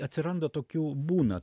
atsiranda tokių būna